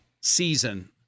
season